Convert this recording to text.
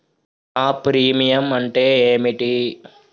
నా ప్రీమియం అంటే ఏమిటి?